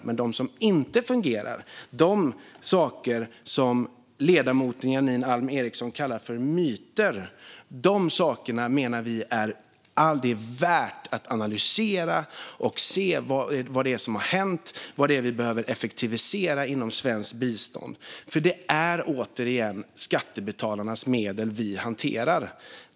Men de som inte fungerar, de saker som ledamoten Janine Alm Ericson kallar myter, menar vi är värda att analysera för att se vad som hänt och vad som behöver effektiveras inom svenskt bistånd. Det är återigen skattebetalarnas medel vi hanterar.